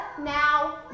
now